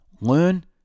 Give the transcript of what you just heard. Learn